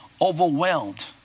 overwhelmed